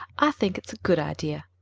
i think it's a good idea,